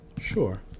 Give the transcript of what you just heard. Sure